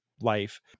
life